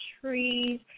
trees